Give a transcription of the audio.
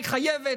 היא חייבת,